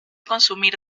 consumir